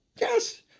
yes